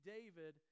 David